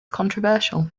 controversial